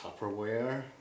Tupperware